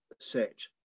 set